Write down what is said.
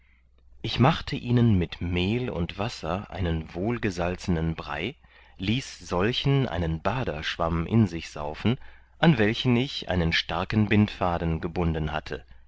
ich machte ihnen mit mehl und wasser einen wohlgesalzenen brei ließ solchen einen baderschwamm in sich saufen an welchen ich einen starken bindfaden gebunden hatte